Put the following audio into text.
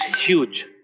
huge